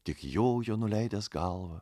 tik jojo nuleidęs galvą